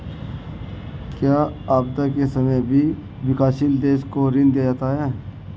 क्या आपदा के समय भी विकासशील देशों को ऋण दिया जाता है?